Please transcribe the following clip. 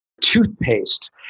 toothpaste